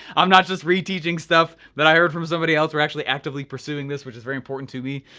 i'm not just reteaching stuff that i heard from somebody else. we're actually actively pursuing this, which is very important to me.